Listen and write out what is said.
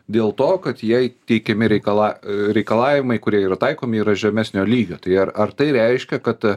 dėl to kad jai teikiami reikala reikalavimai kurie yra taikomi yra žemesnio lygio tai ar ar tai reiškia kad